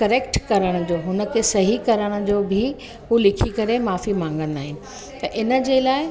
correct करण जो हुनखे सही करण जो बि हू लिखी करे माफ़ी मागंदा आहिनि त इनजे लाइ